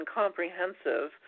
comprehensive